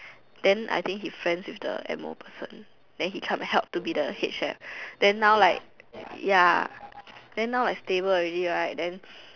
then I think he friend with the M O person then he come and help to be the head chef then now like ya then now like stable already right then